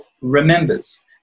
remembers